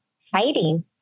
fighting